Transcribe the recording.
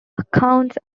accounts